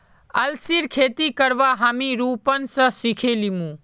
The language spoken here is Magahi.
अलसीर खेती करवा हामी रूपन स सिखे लीमु